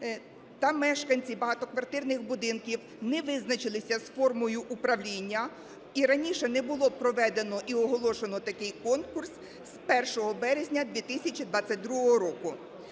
та мешканці багатоквартирних будинків не визначилися з формою управління, і раніше не було проведено і оголошено такий конкурс, з 1 березня 2022 року.